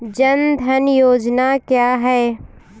जनधन योजना क्या है?